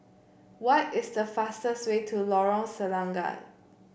what is the fastest way to Lorong Selangat